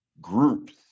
groups